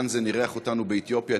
קנזן אירח אותנו באתיופיה,